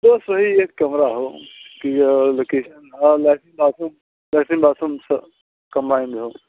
बस वही एक कमरा हो कि location latrine bathroom latrine bathroom combined हो